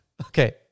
Okay